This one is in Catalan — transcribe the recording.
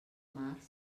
març